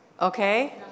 Okay